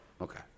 Okay